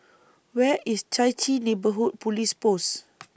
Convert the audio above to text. Where IS Chai Chee Neighbourhood Police Post